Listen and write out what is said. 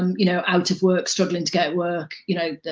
um you know out work, struggling to get work, you know,